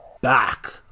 back